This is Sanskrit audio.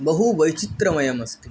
बहुवैचित्रमयमस्ति